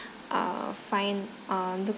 uh find uh look